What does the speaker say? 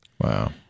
Wow